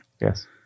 Yes